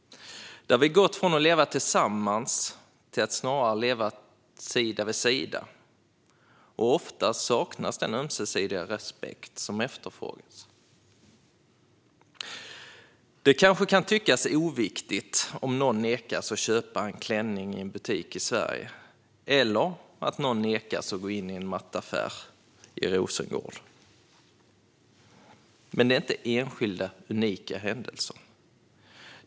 Vi har gått från att leva tillsammans till att snarare leva sida vid sida, och ofta saknas den ömsesidiga respekt som efterfrågas. Det kanske kan tyckas oviktigt om någon nekas att köpa en klänning i en butik i Sverige eller nekas att gå in i en mattaffär i Rosengård, men det är inte enskilda, unika händelser.